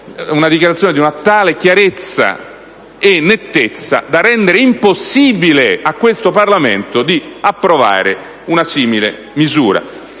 una dichiarazione di una tale chiarezza e nettezza da rendere impossibile al Senato approvare una simile misura.